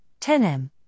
10M